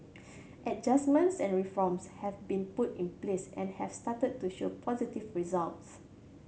adjustments and reforms have been put in place and have started to show positive results